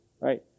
right